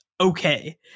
okay